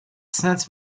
sainte